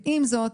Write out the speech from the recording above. ועם זאת,